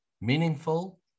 meaningful